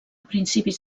principis